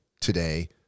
today